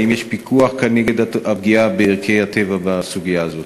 והאם יש פיקוח כנגד פגיעה בערכי הטבע בסוגיה הזאת?